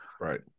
Right